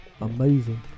amazing